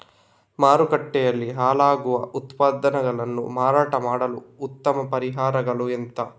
ಮಾರುಕಟ್ಟೆಯಲ್ಲಿ ಹಾಳಾಗುವ ಉತ್ಪನ್ನಗಳನ್ನು ಮಾರಾಟ ಮಾಡಲು ಉತ್ತಮ ಪರಿಹಾರಗಳು ಎಂತ?